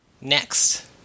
Next